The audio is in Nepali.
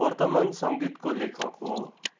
वर्तमान सङ्गीतको लेखक हो